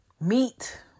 Meat